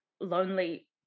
lonely